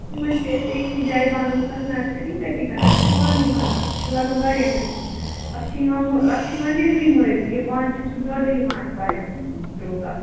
یِمن چھُ أسۍ چھِ أکۍسٕے جایہِ بَنومُت اَکھ نرسٔری تٔتی کران اَسہِ چھُ پانہٕ یِوان اَتھ چھِ لَگان واریاہ محنت اَتھ چھُ یِوان اَتھ چھِ یِوان نِہٲلی مٔلۍ یہِ پانہٕ چھُ اَسہِ بیٛولُے یِوان اَسہِ واریاہ درٛۅگ اَتھ